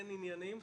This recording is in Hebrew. אין עניינים,